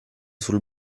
sul